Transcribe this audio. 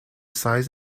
size